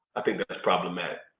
i think that's problematic.